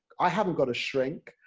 i haven't got a shrink,